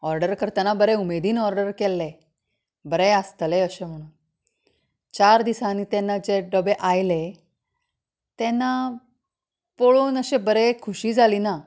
order करतना बरें उमेदीन ऑर्डर केल्लें बरें आसतलें अशें म्हणून चार दिसांनी तेन्ना जे डबें आयलें तेन्ना पळोवन अशें बरें खुशी जाली ना